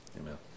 Amen